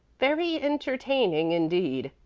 very entertaining indeed,